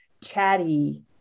chatty